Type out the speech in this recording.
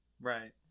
Right